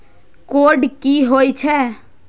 Code की होय छै?